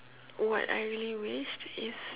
what I really wished is